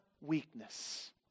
weakness